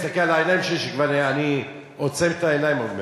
אני כבר עוצם את העיניים עוד מעט.